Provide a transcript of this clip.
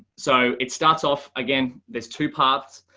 so it starts off again, there's two parts,